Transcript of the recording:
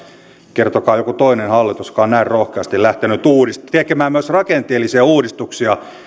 kertokaa joku toinen hallitus joka on näin rohkeasti lähtenyt tekemään myös rakenteellisia uudistuksia